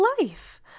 life